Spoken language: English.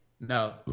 No